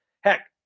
Heck